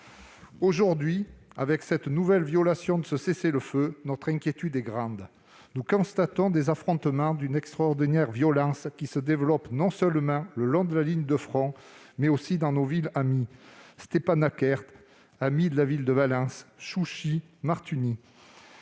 Aujourd'hui, avec la nouvelle violation de ce cessez-le-feu, notre inquiétude est grande. Nous constatons des affrontements d'une extraordinaire violence, qui se développent non seulement le long de la ligne de front, mais aussi dans nos villes amies : Stepanakert- amie avec la ville de Valence -, Chouchi, Martuni.